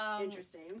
Interesting